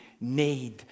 need